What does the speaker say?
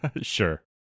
sure